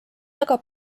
väga